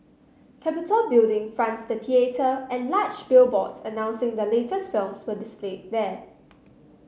Capitol Building fronts the theatre and large billboards announcing the latest films were displayed there